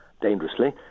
dangerously